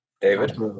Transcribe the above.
David